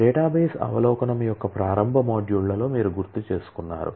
database అవలోకనం యొక్క ప్రారంభ మాడ్యూళ్ళలో మీరు గుర్తుచేసుకున్నారు